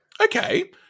okay